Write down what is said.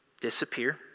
disappear